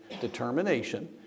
determination